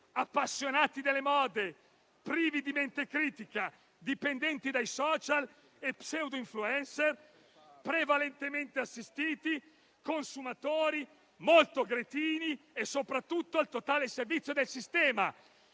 appassionati delle mode, privi di mente critica, dipendenti dai *social* e pseudo *influencer*, prevalentemente assistiti, consumatori, molto cretini e soprattutto al totale servizio del sistema.